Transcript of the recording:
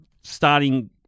starting